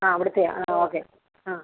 ആ അവിടുത്തെ ആ ഓക്കെ ആ